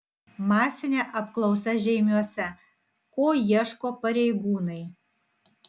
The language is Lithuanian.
masinė apklausa žeimiuose ko ieško pareigūnai